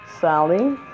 Sally